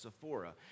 Sephora